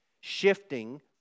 shifting